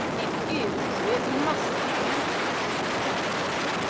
it is, it must be, an excellent likeness!